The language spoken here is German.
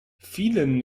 vielen